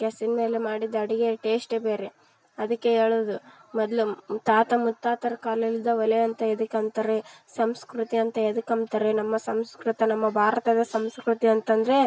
ಗ್ಯಾಸಿನ ಮೇಲೆ ಮಾಡಿದ ಅಡಿಗೆ ಟೇಸ್ಟೆ ಬೇರೆ ಅದಕ್ಕೆ ಹೇಳೋದು ಮೊದಲು ತಾತ ಮುತ್ತಾತರ ಕಾಲದಿಂದ ಒಲೆ ಅಂತ ಯಾವ್ದಕ್ ಅಂತಾರೆ ಸಂಸ್ಕೃತಿ ಅಂತ ಯಾವ್ದಕ್ ಅಂತಾರೆ ನಮ್ಮ ಸಂಸ್ಕೃತ ನಮ್ಮ ಭಾರತದ ಸಂಸ್ಕೃತಿ ಅಂತಂದ್ರೆ